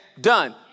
done